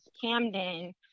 camden